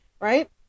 Right